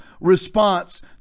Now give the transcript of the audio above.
response